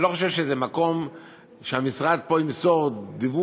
אני לא חושב שזה מקום שהמשרד פה ימסור דיווח